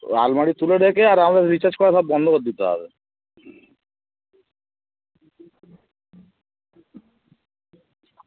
তো আলমারি তুলে রেখে আর এখন রিচার্জ করা সব বন্ধ কর দিতে হবে